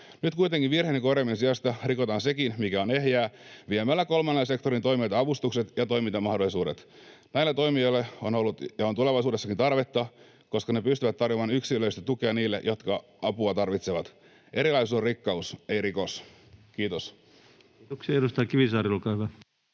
Nyt kuitenkin virheiden korjaamisen sijasta rikotaan sekin, mikä on ehjää, viemällä kolmannen sektorin toimijoilta avustukset ja toimintamahdollisuudet. Näille toimijoille on ollut ja on tulevaisuudessakin tarvetta, koska ne pystyvät tarjoamaan yksilöllistä tukea niille, jotka apua tarvitsevat. Erilaisuus on rikkaus, ei rikos. — Kiitos. [Speech 88] Speaker: